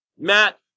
Matt